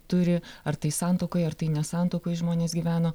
turi ar tai santuokoj ar tai ne santuokoj žmonės gyveno